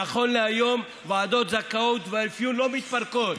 נכון להיום ועדות הזכאות והאפיון לא מתפרקות.